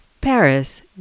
Paris